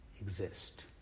exist